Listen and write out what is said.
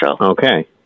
Okay